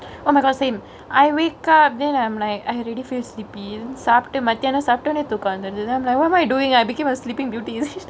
oh my god same I wake up then I'm like already feel sleepy சாப்டு மத்தியானொ சாப்டோனெ தூக்கொ வந்துருது:saaptu matiyaano saaptone tooka vanthuruthu then what am I doingk I became a sleepingk beauty is it